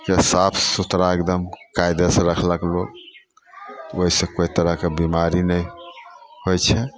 के साफ सुथरा एकदम कायदेसँ रखलक लोक ओइसँ कोइ तरहके बीमारी नहि होइ छै